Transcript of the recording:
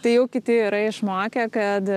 tai jau kiti yra išmokę kad